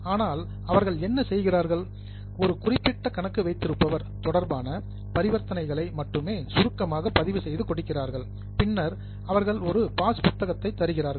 ஆனால் அவர்கள் என்ன செய்கிறார்கள் ஒரு குறிப்பிட்ட கணக்கு வைத்திருப்பவர் தொடர்பான பரிவர்த்தனைகளை மட்டுமே சுருக்கமாக பதிவு செய்து கொடுக்கிறார்கள் பின்னர் அவர்கள் உங்களுக்கு ஒரு பாஸ் புத்தகத்தை தருகிறார்கள்